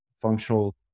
functional